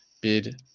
bid